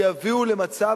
שיביאו למצב,